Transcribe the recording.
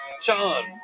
Sean